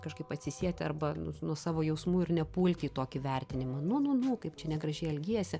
kažkaip atsisieti arba nu nuo savo jausmų ir nepulti į tokį vertinimą nu nu nu kaip čia negražiai elgiesi